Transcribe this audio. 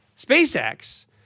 SpaceX